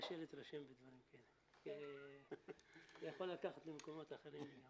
קשה להתרשם כי זה יכול לקחת למקומות אחרים.